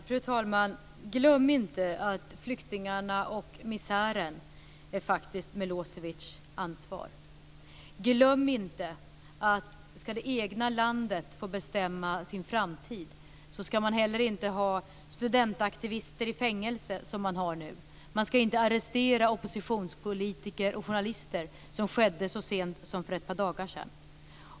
Fru talman! Glöm inte att flyktingarna och misären faktiskt är Milosevic ansvar! Glöm inte att om det egna landet ska få bestämma sin framtid ska man heller inte ha studentaktivister i fängelse, som man har nu! Man ska inte arrestera oppositionspolitiker och journalister, som skedde så sent som för ett par dagar sedan.